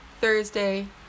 Thursday